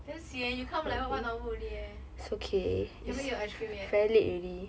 damn sian you come like that one hour only eh you haven't eat your ice cream yet